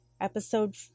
episode